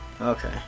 Okay